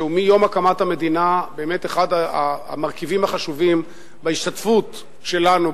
שמיום הקמת המדינה הוא אחד המרכיבים החשובים בהשתתפות שלנו,